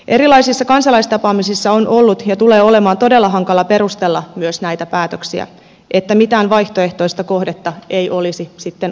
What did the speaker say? erilaisissa kansalaistapaamisissa on ollut ja tulee olemaan todella hankala perustella myös näitä päätöksiä sitä että mitään vaihtoehtoista kohdetta ei olisi sitten ollut